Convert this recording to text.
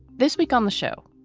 this week on the show,